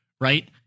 right